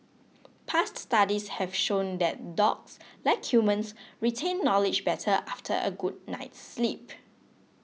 past studies have shown that dogs like humans retain knowledge better after a good night's sleep